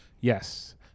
Yes